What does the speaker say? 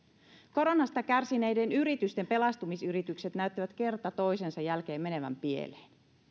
koronasta kärsineiden yritysten pelastamisyritykset näyttävät kerta toisensa jälkeen menevän pieleen